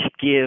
give